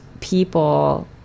people